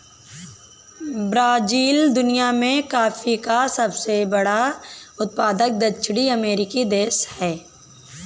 Brazil दुनिया में coffee का सबसे बड़ा उत्पादक दक्षिणी अमेरिकी देश है